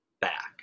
back